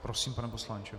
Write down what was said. Prosím, pane poslanče.